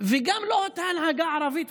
וגם ההנהגה הערבית.